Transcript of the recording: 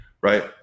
right